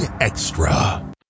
Extra